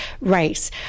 race